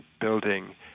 building